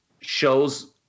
shows